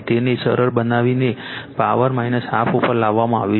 તેને સરળ બનાવીને પાવર હાફ ઉપર લખવામાં આવ્યું છે